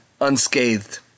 unscathed